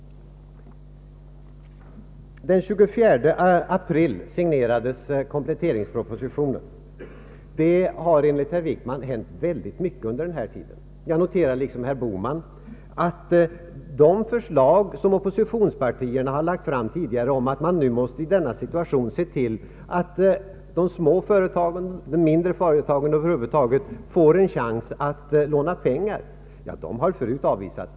Den 24 april signerades kompletteringspropositionen. Under tiden därefter har det enligt herr Wickman hänt väldigt mycket. Jag noterar liksom herr Bohman att de förslag som oppositionspartierna lagt fram om att man i denna situation måste se till att de mindre företagen får en chans att låna pengar förut har avvisats.